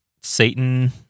Satan